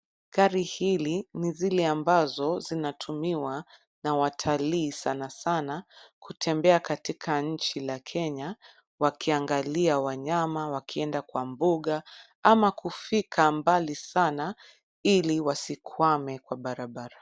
Gari hili ni zile ambazo zinatumiwa na watalii sana sana kutembea katika nchi lakini Kenya wakiangalia wanyama ,wakienda kwa mbuga ama kufika mbali sana ili wasikwame kwa barabara.